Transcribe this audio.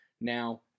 Now